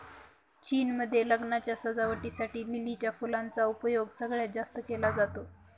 चीन मध्ये लग्नाच्या सजावटी साठी लिलीच्या फुलांचा उपयोग सगळ्यात जास्त केला जातो